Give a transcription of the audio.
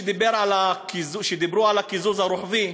כשדיברו על הקיצוץ הרוחבי,